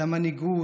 על המנהיגות,